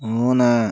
മൂന്ന്